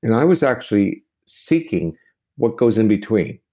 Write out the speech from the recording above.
and i was actually seeking what goes in between.